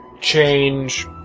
change